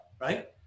right